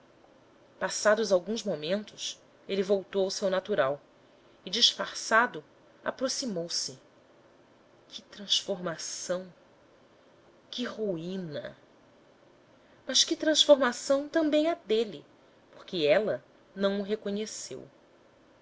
passados alguns momentos ele voltou ao seu natural e disfarçado aproximou-se que transformação que ruína mas que transformação também a dele porque ela não o reconheceu